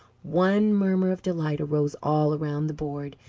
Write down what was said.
one murmur of delight arose all round the board,